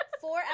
Four